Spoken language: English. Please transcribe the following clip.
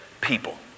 people